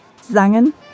sangen